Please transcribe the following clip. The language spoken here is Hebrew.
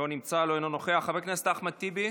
אינו נוכח, חבר הכנסת אחמד טיבי